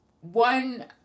one